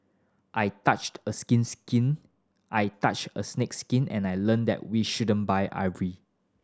I touched a skin skin I touched a snake's skin and I learned that we shouldn't buy ivory